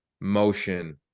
motion